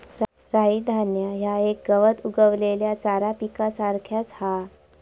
राई धान्य ह्या एक गवत उगवलेल्या चारा पिकासारख्याच हा